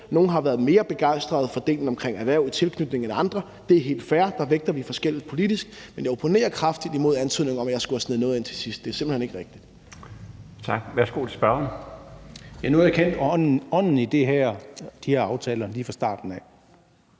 andre har været mere begejstret for delen omkring erhverv i tilknytning eller noget andet. Det er helt fair; der vægter vi det forskelligt politisk. Men jeg opponerer kraftigt imod antydningen om, at jeg skulle have sneget noget ind til sidst. Det er simpelt hen ikke rigtigt. Kl. 20:24 Den fg. formand (Bjarne Laustsen): Tak. Værsgo til spørgeren.